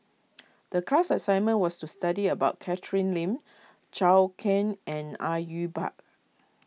the class assignment was to study about Catherine Lim Zhou Can and Au Yue Pak